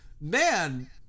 man